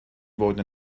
fod